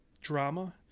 drama